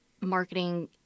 marketing